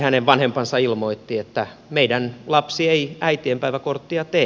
hänen vanhempansa ilmoittivat että meidän lapsemme ei äitienpäiväkorttia tee